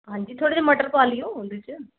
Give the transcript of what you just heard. ਹਾਂਜੀ ਥੋੜ੍ਹੇ ਜਿਹੇ ਮਟਰ ਪਾ ਲਿਓ ਉਹਦੇ 'ਚ